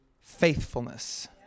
faithfulness